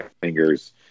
fingers